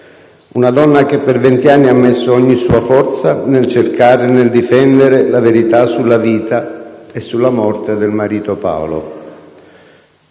una donna che per vent'anni ha messo ogni sua forza nel cercare e nel difendere la verità sulla vita e sulla morte del marito Paolo.